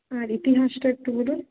আর ইতিহাসটা একটু বলুন